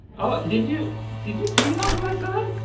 ah did you, did you cheat off of my son?